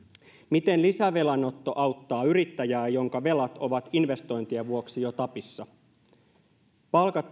miten lisävelan otto auttaa yrittäjää jonka velat ovat investointien vuoksi jo tapissa palkat